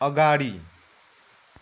अगाडि